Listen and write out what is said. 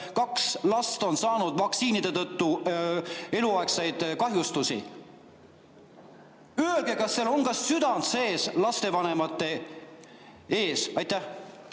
kaks last on saanud vaktsiinide tõttu eluaegseid kahjustusi. Öelge, kas teil on ka südant sees lastevanemate ees?! Aitäh!